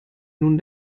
nun